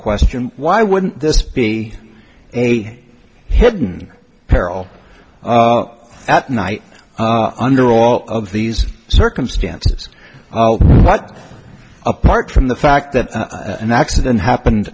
question why wouldn't this be a hidden peril at night under all of these circumstances but apart from the fact that an accident happened